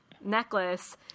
necklace